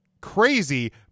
crazy